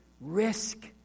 risk